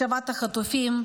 השבת החטופים,